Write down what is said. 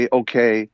okay